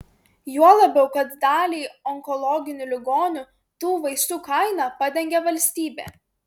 juo labiau kad daliai onkologinių ligonių tų vaistų kainą padengia valstybė